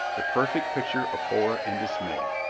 the perfect picture of horror and dismay.